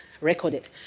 recorded